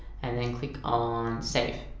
and then click on save